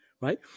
Right